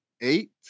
eight